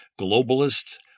globalists